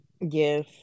yes